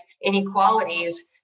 inequalities